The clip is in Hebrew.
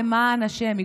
למען השם,